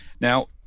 Now